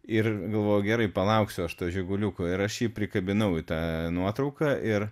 ir galvoju gerai palauksiu aš to žiguliuko ir aš jį prikabinau į tą nuotrauką ir